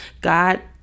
God